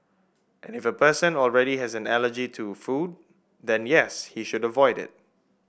and if a person already has an allergy to a food then yes he should avoid it